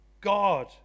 God